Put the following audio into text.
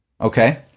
okay